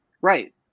Right